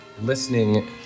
listening